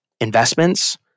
investments